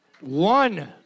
One